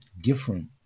different